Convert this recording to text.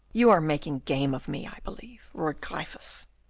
you are making game of me, i believe, roared gryphus.